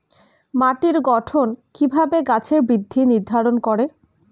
মাটির গঠন কিভাবে গাছের বৃদ্ধি নির্ধারণ করে?